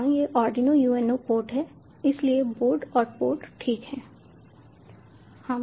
हाँ यह Arduino UNO port है इसलिए बोर्ड और पोर्ट ठीक हैं